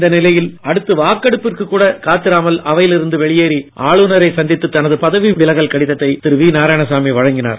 இந்த நிலையில் அடுத்து வாக்கெடுப்பிற்கு கூட காத்திராமல் அவையில் இருந்து வெளியேறி ஆளுநரை சந்தித்து தனது பதவி விலகல் கடிதத்தை வழங்கினார்